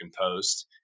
post